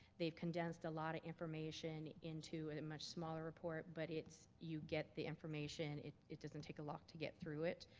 they've condensed a lot of information into a much smaller report, but you get the information. it it doesn't take a lot to get through it.